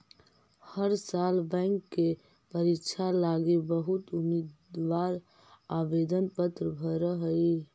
हर साल बैंक के परीक्षा लागी बहुत उम्मीदवार आवेदन पत्र भर हई